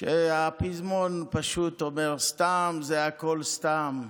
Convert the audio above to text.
שהפזמון שלו פשוט אומר: "סתם, זה הכול סתם".